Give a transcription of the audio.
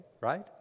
right